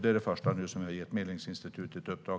Det är det första, som vi har gett Medlingsinstitutet i uppdrag.